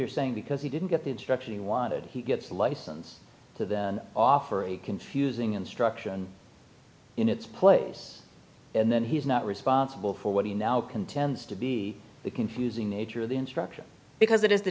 are saying because he didn't get the instruction he wanted he gets a license to then offer a confusing instruction in its place and then he's not responsible for what he now contends to be the confusing nature of the instruction because it is the